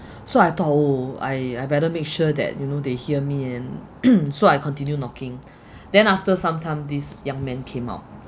so I thou~ I I better make sure that you know they hear me and so I continued knocking then after some time this young man came out